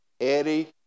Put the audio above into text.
Eddie